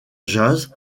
jazz